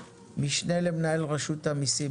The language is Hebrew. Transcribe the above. משנה למנהל רשות המיסים,